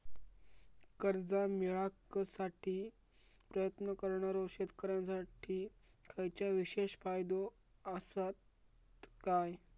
कर्जा मेळाकसाठी प्रयत्न करणारो शेतकऱ्यांसाठी खयच्या विशेष फायदो असात काय?